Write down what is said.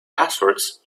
passwords